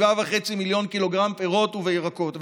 7.5 מיליון קילוגרם פירות וירקות,